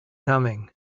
coming